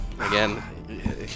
Again